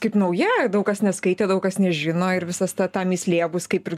kaip nauja daug kas neskaitė daug kas nežino ir visas ta ta mįslė bus kaip ir